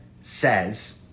says